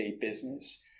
business